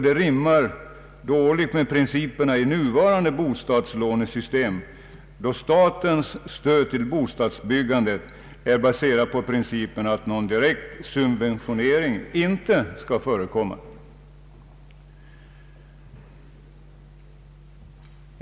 Det rimmar dåligt med principerna i nuvarande bostadslånesystem, då statens stöd till bostadsbyggandet är baserat på att någon direkt subventionering inte skall förekomma.